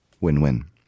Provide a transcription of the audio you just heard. Win-win